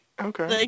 Okay